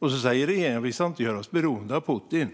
Regeringen säger att vi inte ska göra oss beroende av Putin,